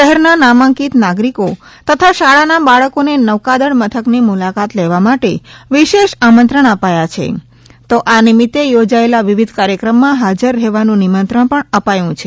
શહેરના નામાંકિત નાગરિકો તથા શાળાના બાળકોને નૌકાદળ મથકની મુલાકાત લેવા માટે વિશેષ આમંત્રણ અપાયા છે તો આ નિમિત્તે યોજાયેલા વિવિધ કાર્યક્રમમાં હાજર રહેવાનુ નિમંત્રણ પણ અપાયું છે